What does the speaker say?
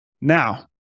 Now